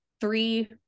three